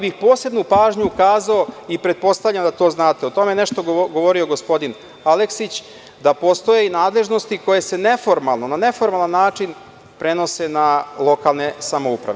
Posebnu pažnju bih ukazao i pretpostavljam da vi to znate, a o tome je nešto govorio gospodin Aleksić, da postoje nadležnosti koje se na neformalan način prenose na lokalne samouprave.